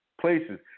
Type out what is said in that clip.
places